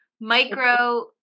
micro